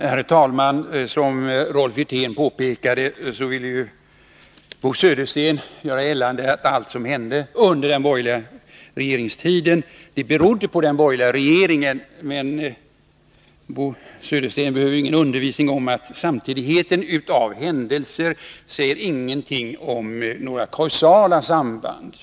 Herr talman! Som Rolf Wirtén påpekade, vill Bo Södersten göra gällande att allt som hände under den borgerliga regeringstiden berodde på den borgerliga regeringen. Men Bo Södersten behöver ju ingen undervisning om att samtidigheten av händelser ingenting säger om några kausala samband.